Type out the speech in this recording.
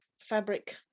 fabric